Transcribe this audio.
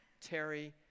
Terry